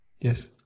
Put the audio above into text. Yes